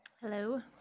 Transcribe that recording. Hello